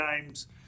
games